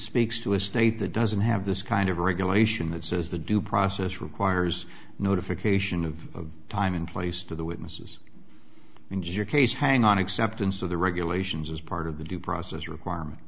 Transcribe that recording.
speaks to a state that doesn't have this kind of regulation that says the due process requires notification of time in place to the witnesses and your case hang on acceptance of the regulations as part of the due process requirement